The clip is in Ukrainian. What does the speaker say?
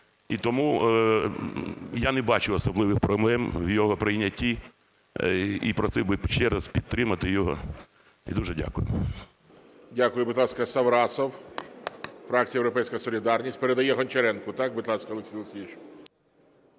і тому я не бачу особливих проблем в його прийнятті і просив би ще раз підтримати його. І дуже дякую. ГОЛОВУЮЧИЙ. Дякую. Будь ласка, Саврасов, фракція "Європейська солідарність". Передає Гончаренку. Будь ласка, Олексій Олексійович.